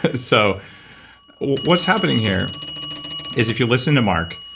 but so what's happening here is if you listened to mark,